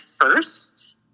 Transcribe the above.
first